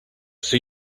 see